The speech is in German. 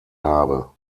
habe